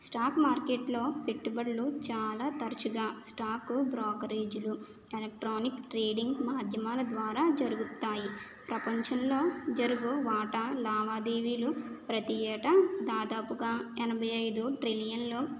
stock మార్కెట్లో పెట్టుబడులు చాలా తరచుగా స్టాక్ బ్రోకరైజులు ఎలక్ట్రానిక్ ట్రీడింగ్ మాధ్యమాల ద్వారా జరుగుతాయి ప్రపంచంలో జరుగు వాటా లావాదేవీలు ప్రతీ ఏటా దాదాపుగా ఎనభై ఐదు ట్రిలియన్లు